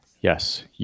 yes